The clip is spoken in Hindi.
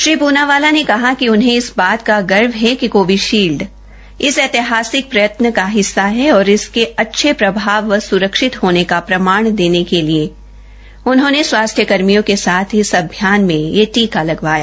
श्री पूनावाला ने कहा कि उन्हें इस बाद पर गर्व है कि कोवीषील्ड इस ऐतिहासिक प्रत्यत्न का हिस्सा है और इसके अच्छे प्रभाव व सुरक्षित होने का प्रमाण देने के लिए उन्होंने स्वास्थ्य कर्मियों के साथ इस अभियान में यह टीका लगवाया